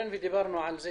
לדעתי